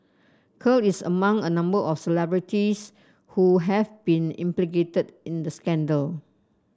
Kerr is among a number of celebrities who have been implicated in the scandal